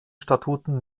statuten